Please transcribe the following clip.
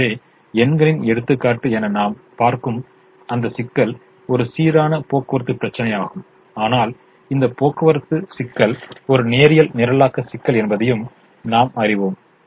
எனவே எண்களின் எடுத்துக்காட்டு என நாம் பார்க்கும் அந்த சிக்கல் ஒரு சீரான போக்குவரத்து பிரச்சினையாகும் ஆனால் இந்த போக்குவரத்து சிக்கல் ஒரு நேரியல் நிரலாக்க சிக்கல் என்பதையும் நாம் அறிவோம்